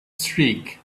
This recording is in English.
streak